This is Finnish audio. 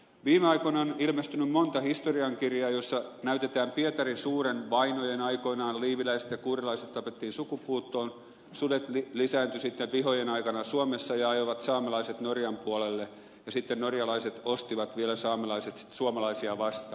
viime aikoina on ilmestynyt monta historiankirjaa joissa näytetään kun pietari suuren vainojen aikoina liiviläiset ja kuurilaiset tapettiin sukupuuttoon sudet lisääntyivät vihojen aikana suomessa ja ajoivat saamelaiset norjan puolelle ja sitten norjalaiset ostivat vielä saamelaiset suomalaisia vastaan